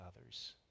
others